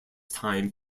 time